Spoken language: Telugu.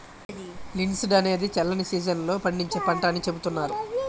లిన్సీడ్ అనేది చల్లని సీజన్ లో పండించే పంట అని చెబుతున్నారు